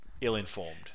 ill-informed